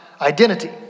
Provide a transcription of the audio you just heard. identity